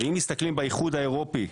אם מסתכלים באיחוד האירופי,